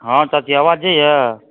हाँ चाची आवाज जाइया